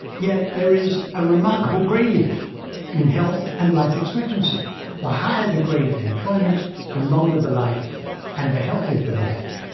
yet there is a remarkable gradient in health and life expectancy the higher the grade of employment the longer the life and the healthier the life.